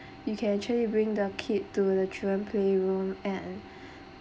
you can actually bring the kid to the children play room and